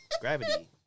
Gravity